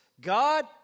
God